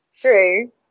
true